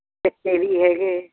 ਚਿੱਟੇ ਵੀ ਹੈਗੇ